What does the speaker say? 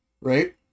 right